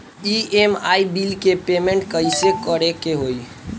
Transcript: EMI bill के payment कइसे करे के होई?